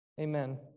Amen